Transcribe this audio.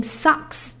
sucks